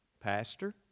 Pastor